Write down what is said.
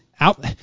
out